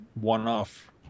one-off